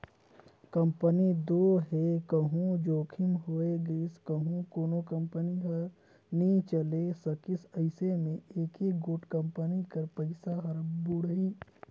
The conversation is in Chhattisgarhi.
कंपनी दो हे कहों जोखिम होए गइस कहों कोनो कंपनी हर नी चले सकिस अइसे में एके गोट कंपनी कर पइसा हर बुड़ही